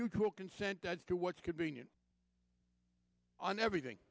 mutual consent to what's convenient on everything